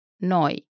noi